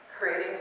creating